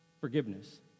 Forgiveness